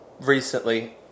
recently